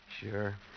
Sure